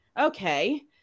okay